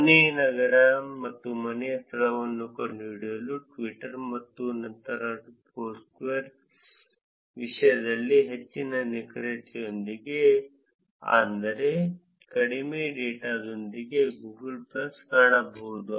ಮನೆ ನಗರ ಮತ್ತು ಮನೆಯ ಸ್ಥಳವನ್ನು ಕಂಡುಹಿಡಿಯಲು ಟ್ವಿಟರ್ ಮತ್ತು ನಂತರ ಫೋರ್ಸ್ಕ್ವೇರ್ ವಿಷಯದಲ್ಲಿ ಹೆಚ್ಚಿನ ನಿಖರತೆಯೊಂದಿಗೆ ಆದರೆ ಕಡಿಮೆ ಡೇಟಾದೊಂದಿಗೆ ಗೂಗಲ್ ಪ್ಲಸ್ನಲ್ಲಿ ಕಾಣಬಹುದು